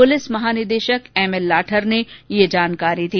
police महानिदेशक ML Lathar ने ये जानकारी दी